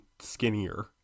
skinnier